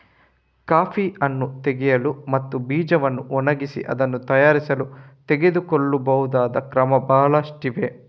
coffee ಹಣ್ಣು ತೆಗೆಯಲು ಮತ್ತು ಬೀಜವನ್ನು ಒಣಗಿಸಿ ಅದನ್ನು ತಯಾರಿಸಲು ತೆಗೆದುಕೊಳ್ಳಬಹುದಾದ ಕ್ರಮ ಬಹಳಷ್ಟಿವೆ